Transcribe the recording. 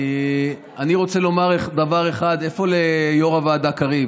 אני רוצה לומר דבר אחד ליו"ר הוועדה קריב: